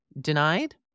Denied